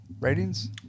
Ratings